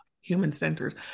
human-centered